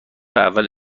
اول